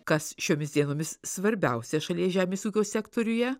kas šiomis dienomis svarbiausia šalies žemės ūkio sektoriuje